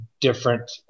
different